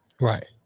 Right